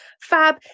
fab